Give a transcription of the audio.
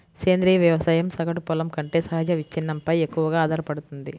సేంద్రీయ వ్యవసాయం సగటు పొలం కంటే సహజ విచ్ఛిన్నంపై ఎక్కువగా ఆధారపడుతుంది